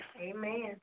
Amen